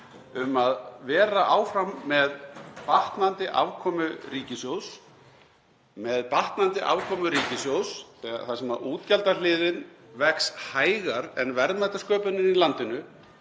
um að vera áfram með batnandi afkomu ríkissjóðs. Með batnandi afkomu ríkissjóðs þar sem útgjaldahliðin vex hægar en verðmætasköpunin í landinu